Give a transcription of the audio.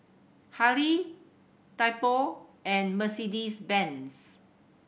Hurley Typo and Mercedes Benz